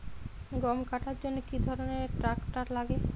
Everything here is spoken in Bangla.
গম কাটার জন্য কি ধরনের ট্রাক্টার লাগে?